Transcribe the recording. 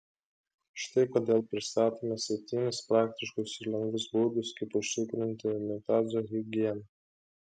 štai kodėl pristatome septynis praktiškus ir lengvus būdus kaip užtikrinti unitazo higieną